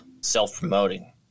self-promoting